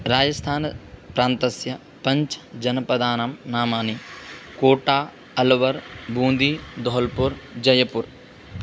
राजस्थान् प्रान्तस्य पञ्च जनपदानां नामानि कोटा अल्वर् बून्दि धोल्पुर् जयपूर्